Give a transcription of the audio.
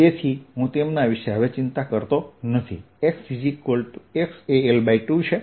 તેથી હું તેમના વિશે ચિંતા કરતો નથી x એ L 2 છે